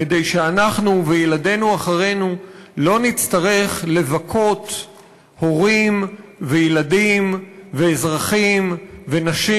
כדי שאנחנו וילדינו אחרינו לא נצטרך לבכות הורים וילדים ואזרחים ונשים